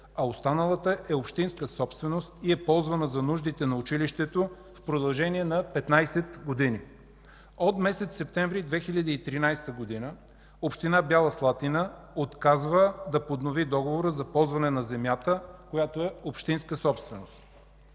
а останалата е общинска собственост и е ползвана за нуждите на училището в продължение на 15 години. От месец септември 2013 г. Община Бяла Слатина отказва да поднови договора за ползване на земята, която е общинска собственост.